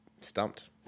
Stumped